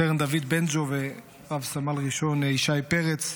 סרן דוד בנג'ו ורב-סמל ראשון ישי פרץ,